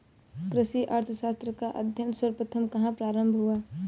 कृषि अर्थशास्त्र का अध्ययन सर्वप्रथम कहां प्रारंभ हुआ?